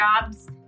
jobs